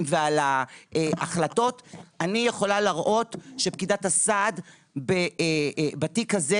ועל ההחלטות אני יכולה להראות שפקידת הסעד בתיק הזה,